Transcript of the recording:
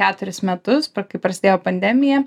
keturis metus kai prasidėjo pandemija